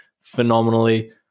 phenomenally